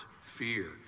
fear